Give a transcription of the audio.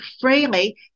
freely